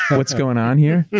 what's going on here?